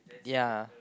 ya